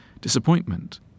disappointment